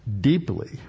deeply